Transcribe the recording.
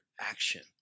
action